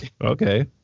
okay